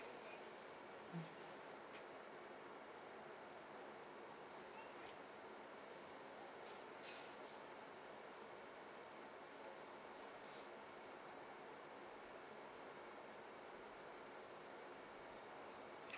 mm